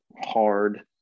hard